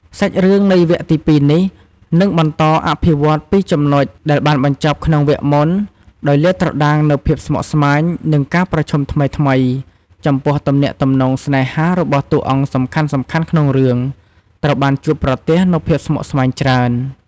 សាច់រឿងនៃវគ្គទី២នេះ នឹងបន្តអភិវឌ្ឍន៍ពីចំណុចដែលបានបញ្ចប់ក្នុងវគ្គមុន ដោយលាតត្រដាងនូវភាពស្មុគស្មាញ និងការប្រឈមថ្មីៗ ចំពោះទំនាក់ទំនងស្នេហារបស់តួអង្គសំខាន់ៗក្នុងរឿង ត្រូវបានជួបប្រទះនូវភាពស្មុគស្មាញច្រើន។